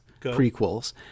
prequels